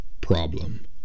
problem